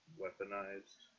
weaponized